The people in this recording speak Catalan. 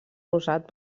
usat